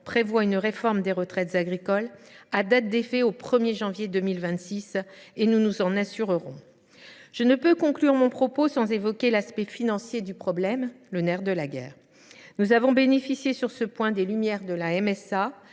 prévoit une réforme des retraites agricoles à date d’effet au 1 janvier 2026. Nous nous assurerons du respect de cette disposition. Je ne saurais conclure mon propos sans évoquer l’aspect financier du problème, le nerf de la guerre. Nous avons bénéficié, sur ce point, des lumières de la MSA,